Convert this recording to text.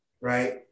right